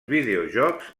videojocs